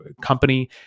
company